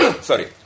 sorry